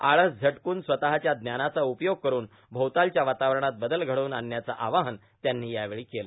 आळस झटकून स्वतःच्या ज्ञानाचा उपयोग करून भोवतालच्या वातावरणात बदल घडवून आणण्याचं आवाहन त्यांनी यावेळी केलं